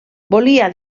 volia